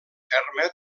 ferma